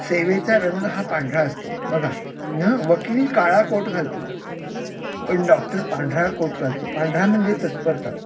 सेवेचा रंग हा पांढरा असतो बघा वकील काळा कोट घालतो पण डॉक्टर पांढरा कोट घालतो पांढरा म्हणजे तत्परता